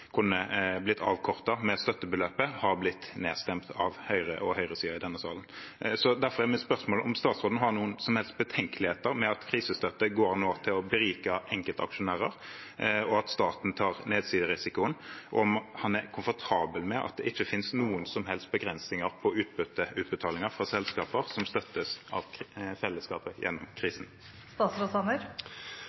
kunne blitt avkortet med støttebeløpet, har blitt nedstemt av Høyre og høyresiden i denne salen. Derfor er mitt spørsmål om statsråden har noen som helst betenkeligheter med at krisestøtte nå går til å berike enkeltaksjonærer, og at staten tar nedsiderisikoen, og om han er komfortabel med at det ikke finnes noen som helst begrensninger på utbytteutbetalinger i selskaper som støttes av fellesskapet gjennom